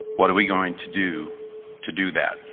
what are we going to do to do that?